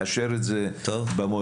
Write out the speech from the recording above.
מאשר את זה במועצה,